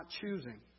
choosing